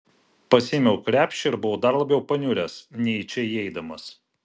pasiėmiau krepšį ir buvau dar labiau paniuręs nei į čia įeidamas